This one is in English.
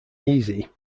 easy